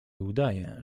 udaję